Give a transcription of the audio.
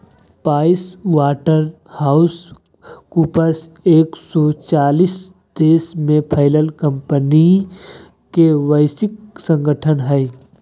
price water house coopers एक सो चालीस देश में फैलल कंपनि के वैश्विक संगठन हइ